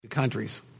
countries